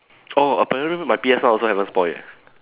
oh apparently my P_S one also haven't spoil eh